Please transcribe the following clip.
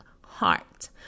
heart